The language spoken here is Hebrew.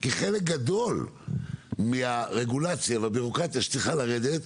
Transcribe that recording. כי חלק גדול מהרגולציה והבירוקרטיה שצריכה לרדת,